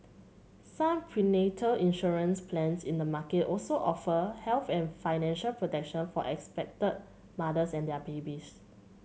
some prenatal insurance plans in the market also offer health and financial protection for expect mothers and their babies